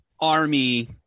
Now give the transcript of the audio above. army